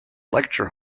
lecture